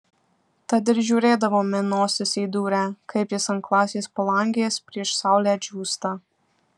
tad ir žiūrėdavome nosis įdūrę kaip jis ant klasės palangės prieš saulę džiūsta